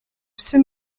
psy